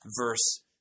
verse